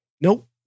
Nope